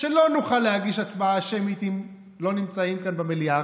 שלא נוכל להגיש הצבעה שמית אם לא נמצאים כאן במליאה.